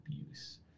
abuse